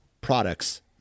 products